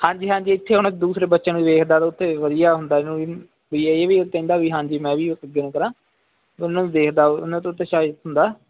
ਹਾਂਜੀ ਹਾਂਜੀ ਇੱਥੇ ਹੁਣ ਦੂਸਰੇ ਬੱਚਿਆਂ ਨੂੰ ਵੇਖਦਾ ਅਤੇ ਉੱਥੇ ਵਧੀਆ ਹੁੰਦਾ ਇਹਨੂੰ ਵੀ ਇਹ ਵੀ ਕਹਿੰਦਾ ਵੀ ਹਾਂਜੀ ਮੈਂ ਵੀ ਕਰਾਂ ਤੁਹਾਨੂੰ ਦੇਖਦਾ ਉਹਨਾਂ ਤੋਂ ਉਤਸ਼ਾਹਿਤ ਹੁੰਦਾ